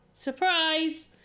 surprise